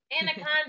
anaconda